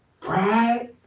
Pride